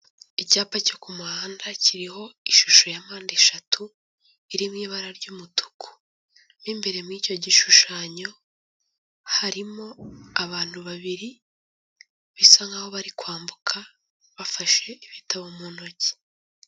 Icyapa cyo ku muhanda kiriho ishusho ya mpande eshatu iri mu ibara ry'umutuku. Mo imbere mw'icyo gishushanyo, harimo abantu babiri bisa nkaho bari kwambuka bafashe ibitabo mu ntoki.